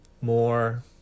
more